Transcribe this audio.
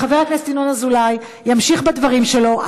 חבר הכנסת ינון אזולאי ימשיך בדברים שלו,